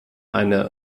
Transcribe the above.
eine